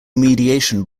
mediation